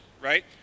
right